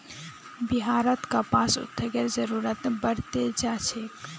बिहारत कपास उद्योगेर जरूरत बढ़ त जा छेक